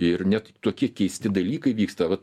ir net tokie keisti dalykai vyksta vat